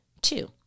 Two